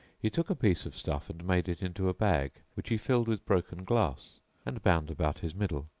he took a piece of stuff and made it into a bag which he filled with broken glass and bound about his middle.